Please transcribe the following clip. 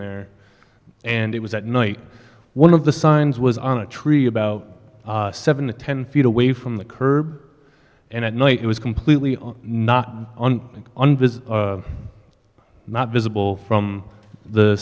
there and it was at night one of the signs was on a tree about seven to ten feet away from the curb and at night it was completely knocked on and this is not visible from the